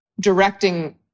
directing